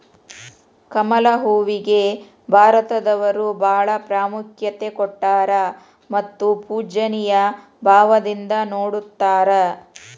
ಕಮಲ ಹೂವಿಗೆ ಭಾರತದವರು ಬಾಳ ಪ್ರಾಮುಖ್ಯತೆ ಕೊಟ್ಟಾರ ಮತ್ತ ಪೂಜ್ಯನಿಯ ಭಾವದಿಂದ ನೊಡತಾರ